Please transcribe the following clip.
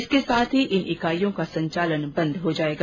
इसके साथ ही इन इकाइयों का संचालन बंद हो जाएगा